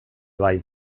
bai